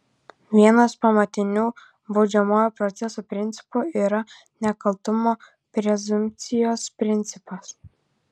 vienas pamatinių baudžiamojo proceso principų yra nekaltumo prezumpcijos principas